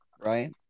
Right